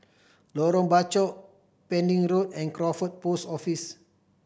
Lorong Bachok Pending Road and Crawford Post Office